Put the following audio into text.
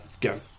go